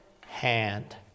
hand